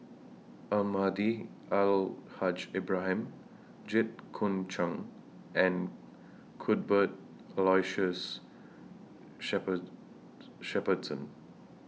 Almahdi Al Haj Ibrahim Jit Koon Ch'ng and Cuthbert Aloysius shopper Shepherdson